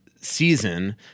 season